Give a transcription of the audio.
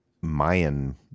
Mayan